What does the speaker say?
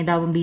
നേതാവും ബി